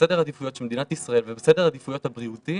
בסדר העדיפויות של מדינת ישראל ובסדר העדיפויות הבריאותי